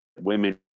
women